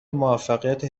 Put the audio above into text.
موفقیت